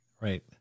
right